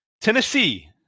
Tennessee